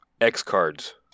X-Cards